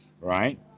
right